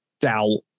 doubt